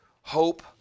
hope